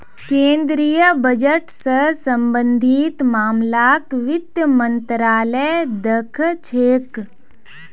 केन्द्रीय बजट स सम्बन्धित मामलाक वित्त मन्त्रालय द ख छेक